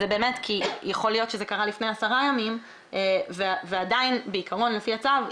זה באמת כי יכול להיות שזה קרה לפני עשרה ימים ועדיין בעיקרון לפי הצו,